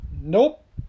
Nope